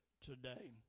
today